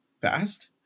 fast